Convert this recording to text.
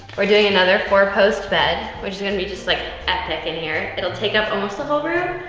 we're doing another four-post bed, which is gonna be just, like, epic in here. it'll take up almost the whole room,